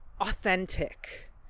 authentic